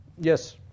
Yes